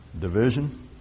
division